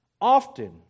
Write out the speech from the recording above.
Often